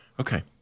Okay